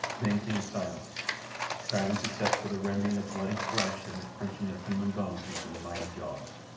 then came silence silence except for the rending of bloody flesh and the crunching of human bones between mighty jaws.